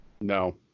No